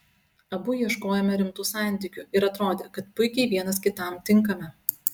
abu ieškojome rimtų santykių ir atrodė kad puikiai vienas kitam tinkame